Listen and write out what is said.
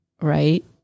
right